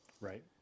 Right